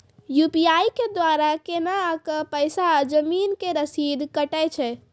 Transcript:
UPI के द्वारा केना कऽ पैसा जमीन के रसीद कटैय छै?